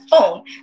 phone